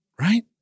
Right